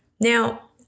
Now